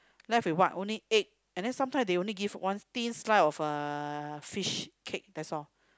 left with what only egg and then they sometimes only give one thin slice of uh fishcake that's all